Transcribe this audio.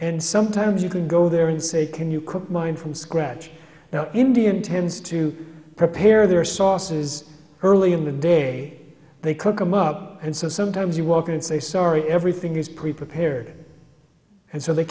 and sometimes you can go there and say can you cook mine from scratch now indian tends to prepare their sauces early in the day they cook them up and so sometimes you walk in and say sorry everything is pre prepared and so they